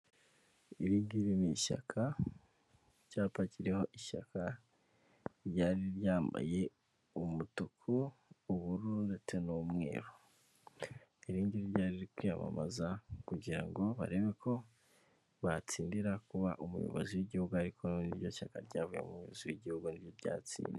Iringiri ni ishyaka, icyapa kiriho ishyaka ryari ryambaye umutuku, ubururu ndetse n'umweru. Iringiri ryari riri kwiyamamaza kugira ngo barebe ko batsindira kuba umuyobozi w'igihugu ariko niryo shyaka ryavuyemo umuyobozi w'igihugu ariryo ryatsinze.